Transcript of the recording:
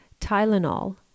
Tylenol